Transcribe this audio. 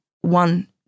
one